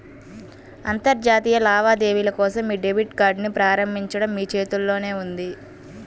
అంతర్జాతీయ లావాదేవీల కోసం మీ డెబిట్ కార్డ్ని ప్రారంభించడం మీ చేతుల్లోనే ఉంది